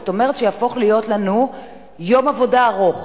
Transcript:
זאת אומרת שיהפוך להיות יום עבודה ארוך